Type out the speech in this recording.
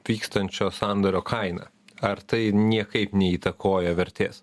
vykstančio sandorio kaina ar tai niekaip neįtakoja vertės